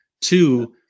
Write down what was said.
Two